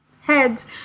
heads